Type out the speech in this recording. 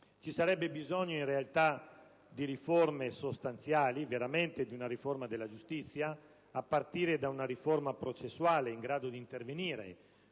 Ci sarebbe bisogno, in realtà, di riforme sostanziali e veramente di una riforma della giustizia, a partire da una riforma processuale in grado di intervenire